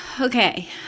Okay